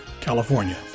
California